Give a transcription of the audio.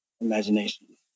imagination